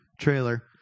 trailer